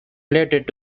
related